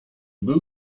był